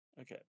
Okay